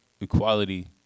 Equality